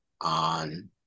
on